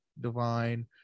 divine